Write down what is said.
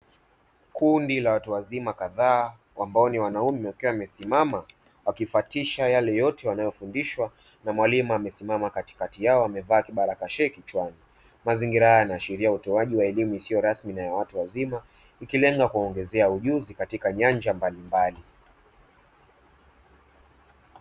Kundi la watu wazima kadhaa, ambao ni wanaume, wakiwa wamesimama wakifuatilia yale yote wanayofundishwa na mwalimu aliye simama katikati yao, amevaa kofia kasheki kichwani; mazingira haya yanaashiria utoaji wa elimu isiyo rasmi kwa watu wazima, ikilenga kuwaongezea ujuzi katika nyanja mbalimbali.